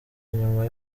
nyuma